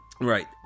Right